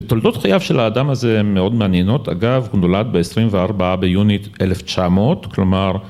‫תולדות חייו של האדם הזה ‫מאוד מעניינות. ‫אגב, הוא נולד ב-24 ביוני 1900, ‫כלומר...